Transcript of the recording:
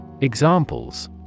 Examples